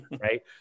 Right